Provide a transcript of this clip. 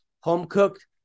home-cooked